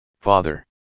father